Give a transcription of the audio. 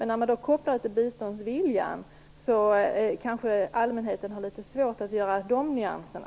När man kopplar detta till biståndsviljan har allmänheten kanske litet svårt att se nyanserna.